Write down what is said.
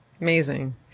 Amazing